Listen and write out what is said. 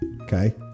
okay